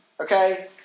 okay